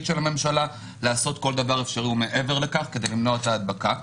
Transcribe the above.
הממשלה לעשות כל דבר אפשרי ומעבר לכך כדי למנוע את ההדבקה,